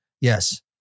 Yes